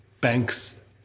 banks